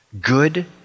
good